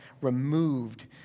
removed